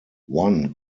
one